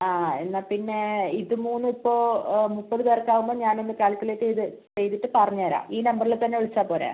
ആ എന്നാപ്പിന്നേ ഇതുമൂന്നും ഇപ്പോൾ മുപ്പതുപേർക്കാവുമ്പോൾ ഞാനൊന്നു കാൽക്കുലേറ്റ് ചെയ്ത് ചെയ്തിട്ട് പറഞ്ഞുതരാം ഈ നമ്പറിൽ തന്നെ വിളിച്ചാൽ പോരേ